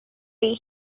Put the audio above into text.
day